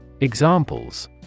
Examples